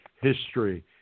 history